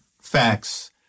facts